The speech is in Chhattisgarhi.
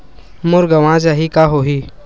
मोर गंवा जाहि का होही?